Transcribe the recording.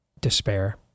Despair